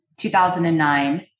2009